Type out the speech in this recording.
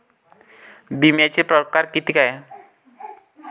बिम्याचे परकार कितीक हाय?